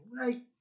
right